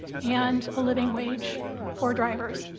and a living wage for drivers.